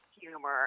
humor